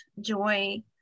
joy